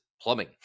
plumbing